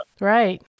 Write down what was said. Right